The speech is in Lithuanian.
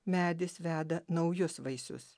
medis veda naujus vaisius